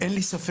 אין לי ספק,